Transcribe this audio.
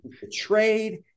Betrayed